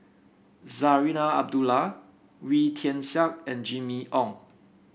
Zarinah Abdullah Wee Tian Siak and Jimmy Ong